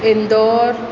Indore